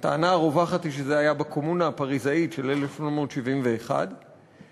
הטענה הרווחת היא שזה היה בקומונה הפריזאית של 1871 שהדגל